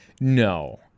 no